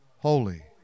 Holy